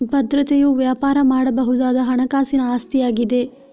ಭದ್ರತೆಯು ವ್ಯಾಪಾರ ಮಾಡಬಹುದಾದ ಹಣಕಾಸಿನ ಆಸ್ತಿಯಾಗಿದೆ